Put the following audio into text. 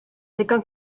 ddigon